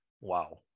wow